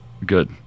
Good